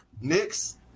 Knicks